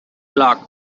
luck